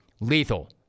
Lethal